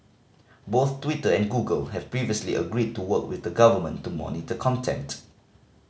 both Twitter and Google have previously agreed to work with the government to monitor content